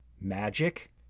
magic